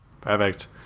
Perfect